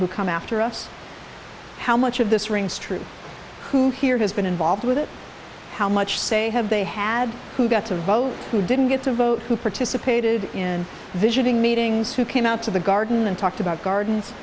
who come after us how much of this rings true who here has been involved with it how much say have they had who got to vote who didn't get to vote who participated in visiting meetings who came out to the garden and talked about gardens